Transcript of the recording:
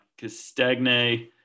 Castagne